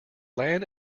land